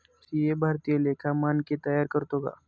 CA भारतीय लेखा मानके तयार करतो का